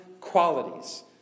qualities